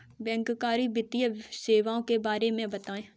बैंककारी वित्तीय सेवाओं के बारे में बताएँ?